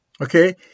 Okay